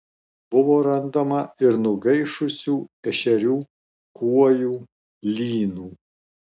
buvo randama ir nugaišusių ešerių kuojų lynų